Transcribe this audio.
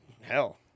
hell